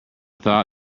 thought